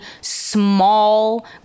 small